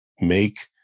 Make